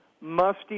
musty